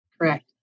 Correct